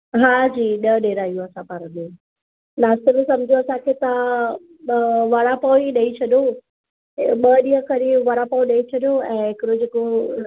हा जी ॾह ॾेर आहियूं असां पाण में नाश्ते में सम्झो असांखे तव्हां वड़ा पाव ई ॾेई छॾो ॿ ॾींहं खाली वड़ा पाव ॾेई छॾो ऐं हिकिड़ो जेको